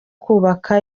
kubaka